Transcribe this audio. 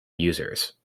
users